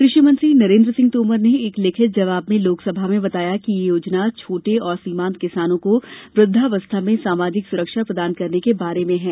क्रषिमंत्री नरेन्द्र सिंह तोमर ने एक लिखित जवाब में लोकसभा में बताया कि यह योजना छोटे और सीमान्त किसानों को वृद्वास्था में सामाजिक सुरक्षा प्रदान करने के बारे में है